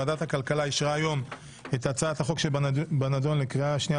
ועדת הכלכלה אישרה היום את הצעת החוק שבנדון לקריאה השנייה